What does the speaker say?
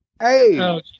Hey